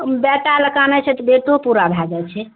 बेटा लै कानैत छियै तऽ बेटों पूरा भए जाइ छै